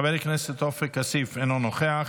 חבר הכנסת עופר כסיף, אינו נוכח,